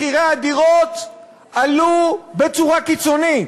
מחירי הדירות עלו בצורה קיצונית.